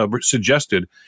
suggested